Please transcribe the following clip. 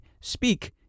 speak